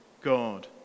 God